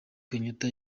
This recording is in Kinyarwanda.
kenyatta